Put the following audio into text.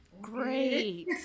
great